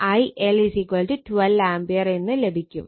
അതിനാൽ IL 12 ampere എന്ന് ലഭിക്കും